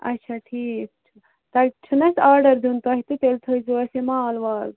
اچھا ٹھیٖک چھُ تۄہہِ چھُو نَہ اسہِ آرڈر دیٚن تۄہہِ تہٕ تیٚلہِ تھٲزیو اسہِ یہِ مال وال